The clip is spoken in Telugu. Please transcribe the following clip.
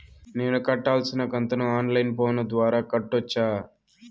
నేను కట్టాల్సిన కంతును ఆన్ లైను ఫోను ద్వారా కట్టొచ్చా?